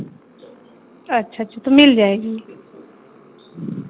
اچھا اچھا تو مل جائے گی